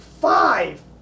five